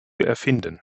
erfinden